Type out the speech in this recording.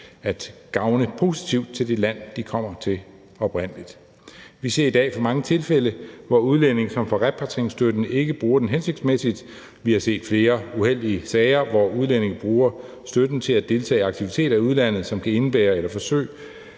at gavne positivt i det land, de oprindelig kommer fra. Vi ser i dag for mange tilfælde, hvor udlændinge, der får repatrieringsstøtte, ikke bruger den hensigtsmæssigt. Vi har set flere uheldige sager, hvor udlændinge bruger støtten til at deltage i aktiviteter i udlandet, som kan indebære eller udgør